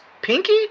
Pinky